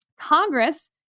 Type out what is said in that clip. Congress